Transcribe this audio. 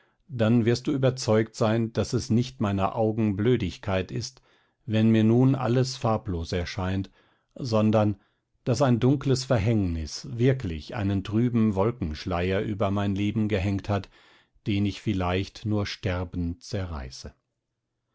dann wirst du überzeugt sein daß es nicht meiner augen blödigkeit ist wenn mir nun alles farblos erscheint sondern daß ein dunkles verhängnis wirklich einen trüben wolkenschleier über mein leben gehängt hat den ich vielleicht nur sterbend zerreiße